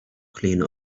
clean